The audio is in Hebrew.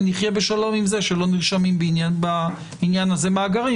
ונחיה בשלום עם זה שלא נרשמים בעניין הזה מאגרים,